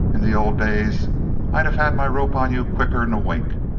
in the old days i'd of had my rope on you quicker'n a wink.